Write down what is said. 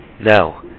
Now